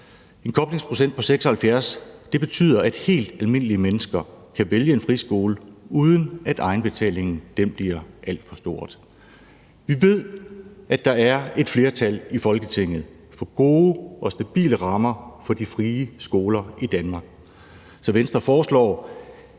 En koblingsprocent på 76 betyder, at helt almindelige mennesker kan vælge en friskole, uden at egenbetalingen bliver alt for stor. Vi ved, at der er et flertal i Folketinget for gode og stabile rammer for de frie skoler i Danmark. Så Venstre foreslår,